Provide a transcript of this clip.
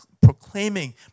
proclaiming